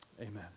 Amen